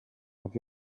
have